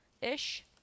Ish